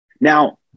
Now